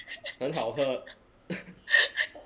很好喝